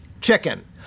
chicken